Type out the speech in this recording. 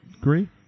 agree